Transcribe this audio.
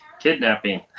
Kidnapping